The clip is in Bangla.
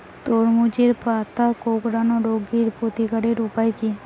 তরমুজের পাতা কোঁকড়ানো রোগের প্রতিকারের উপায় কী?